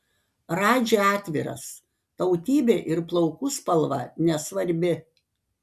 radži atviras tautybė ir plaukų spalva nesvarbi